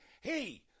hey